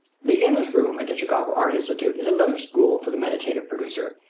the inness room at the chicago art institute is another school for the meditative producer,